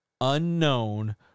Unknown